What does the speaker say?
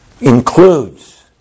includes